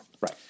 right